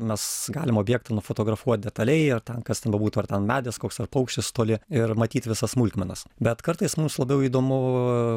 mes galim objektą nufotografuot detaliai ir ten kas ten bebūtų ar ten medis koks ar paukštis toli ir matyt visas smulkmenas bet kartais mums labiau įdomu